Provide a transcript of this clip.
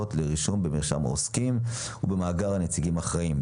לרישום במרשם העוסקים ובמאגר הנציגים האחראים,